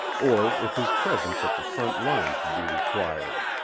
or if his presence at the front line should be required.